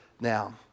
Now